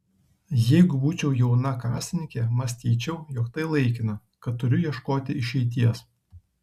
jeigu būčiau jauna kasininkė mąstyčiau jog tai laikina kad turiu ieškoti išeities